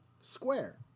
square